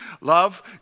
Love